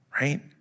right